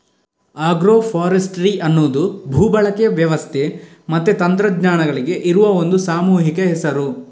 agro forestry ಅನ್ನುದು ಭೂ ಬಳಕೆಯ ವ್ಯವಸ್ಥೆ ಮತ್ತೆ ತಂತ್ರಜ್ಞಾನಗಳಿಗೆ ಇರುವ ಒಂದು ಸಾಮೂಹಿಕ ಹೆಸರು